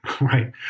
right